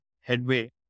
headway